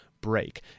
break